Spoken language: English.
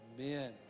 Amen